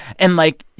and, like,